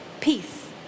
peace